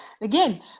again